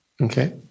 Okay